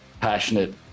passionate